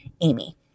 Amy